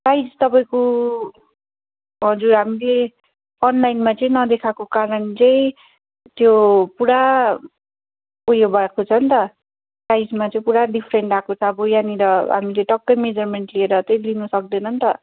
size तपाईँको हजुर हामीले अनलाइनमा चाहिँ नदेखाएको कारण चाहिँ त्यो पुरा उयो भाएको छ नि त साइजमा चाहिँ पुरा डिफ्रेन्ट आएको छ अब यहाँनिर हामीले टक्कै मेजरमेन्ट लिएर चाहिँ दिन सक्दैन नि त